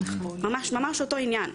ממש אותו עניין.